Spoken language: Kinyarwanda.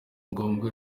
ngombwa